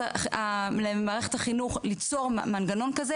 אנחנו הצענו למערכת החינוך ליצור מנגנון כזה